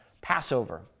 Passover